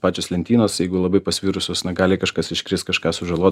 pačios lentynos jeigu labai pasvirusios na gali kažkas iškrist kažką sužalot